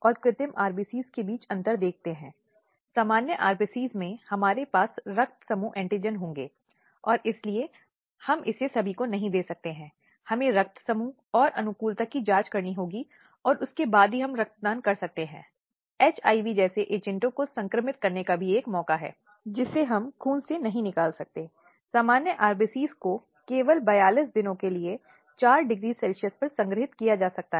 यह केवल परिवार के एक चित्रण के रूप में है अन्य मनुष्यों की जरूरतों आवश्यकताओं को पहचानने के लिए और आवश्यक देखभाल या शायद चिकित्सा उपचार आदि के लिए प्रदान करने के लिए जिसकी आवश्यकता होती है